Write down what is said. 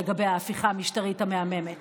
לגבי ההפיכה המשטרית המהממת